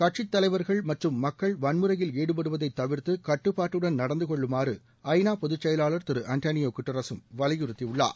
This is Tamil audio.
கட்சி தலைவர்கள் மற்றும் மக்கள் வன்முறையில் ஈடுபடுவதை தவிர்த்து கட்டுப்பாட்டுடன் நடந்துகொள்ளுமாறு ஐநா பொது செயலாளர் திரு அன்டோனியோ குட்ரசும் வலியுறுத்தியுள்ளார்